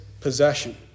Possession